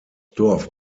dorf